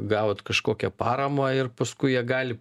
gavot kažkokią paramą ir paskui ją gali